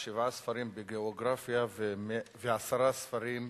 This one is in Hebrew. שבעה ספרים בגיאוגרפיה ועשרה ספרים בהיסטוריה.